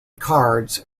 cards